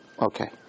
Okay